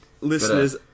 Listeners